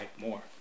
more